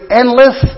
endless